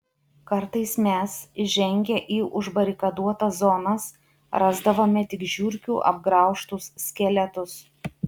kartais mes įžengę į užbarikaduotas zonas rasdavome tik žiurkių apgraužtus skeletus